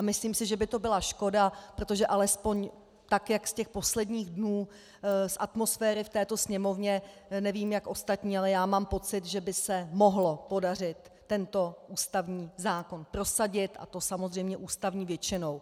Myslím si, že by to byla škoda, protože alespoň z posledních dnů z atmosféry v této Sněmovně, nevím jak ostatní, ale já mám pocit, že by se mohlo podařit tento ústavní zákon prosadit, a to samozřejmě ústavní většinou.